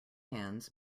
hands